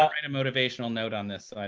um write a motivational note on this